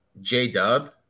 J-Dub